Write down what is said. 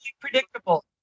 predictable